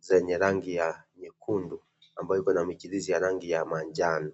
zenye rangi ya nyekundu ambayo iko na michirizi ya rangi ya manjano.